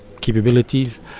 capabilities